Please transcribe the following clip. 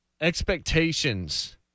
expectations